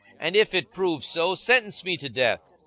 and if it prove so, sentence me to death,